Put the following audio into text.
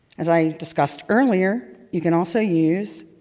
as i discussed earlier, you can also use